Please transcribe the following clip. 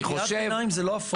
קריאת ביניים זה לא הפרעה.